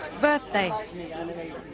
birthday